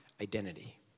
identity